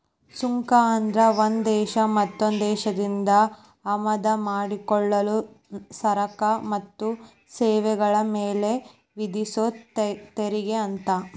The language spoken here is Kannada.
ಸುಂಕ ಅಂದ್ರ ಒಂದ್ ದೇಶ ಮತ್ತೊಂದ್ ದೇಶದಿಂದ ಆಮದ ಮಾಡಿಕೊಳ್ಳೊ ಸರಕ ಮತ್ತ ಸೇವೆಗಳ ಮ್ಯಾಲೆ ವಿಧಿಸೊ ತೆರಿಗೆ ಅಂತ